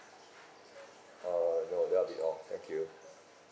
uh no that will be all thank you